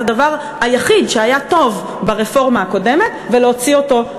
הדבר היחיד שהיה טוב ברפורמה הקודמת ולהוציא אותו,